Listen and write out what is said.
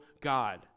God